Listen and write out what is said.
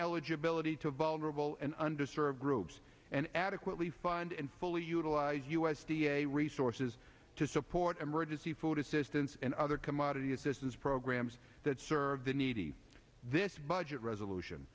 eligibility to vulnerable and under served groups and adequately fund and fully utilize u s d a resources to support emergency food assistance and other commodity assistance programs that serve the needy this budget resolution